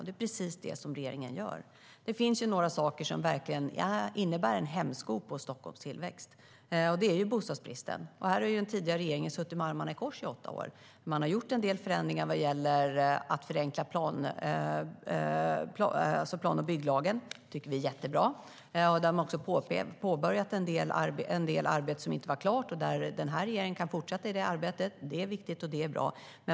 Det är precis det som regeringen gör. Det finns några saker som verkligen innebär en hämsko på Stockholms tillväxt. En av de sakerna är bostadsbristen. Här har den tidigare regeringen suttit med armarna i kors i åtta år. Den har gjort en del förändringar vad gäller att förenkla plan och bygglagen. Det tycker vi är jättebra. Den har också påbörjat en del arbete som inte var klart, och den här regeringen kan fortsätta det arbetet. Det är viktigt och bra.